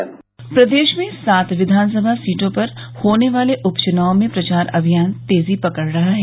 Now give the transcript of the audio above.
प्रदेश में सात विधानसभा सीटों पर होने वाले उप चुनाव में प्रचार अभियान तेजी पकड़ रहा है